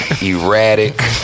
erratic